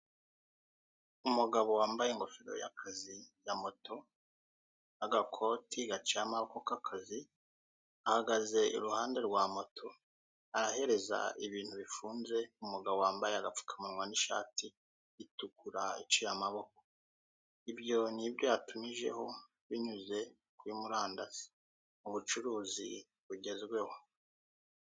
Umugabo wambaye ingofero y'akazi ya moto n'agakoti gaciye amako k'akazi ahagaze iruhande rwa moto, arahereza ibintu bifunze umugabo wambaye agapfukamunwa n'ishati itukura iciye amaboko, ibyo ni ibyo yatumijeho binyuze kuri murandasi, ubucuruzi bugezweho.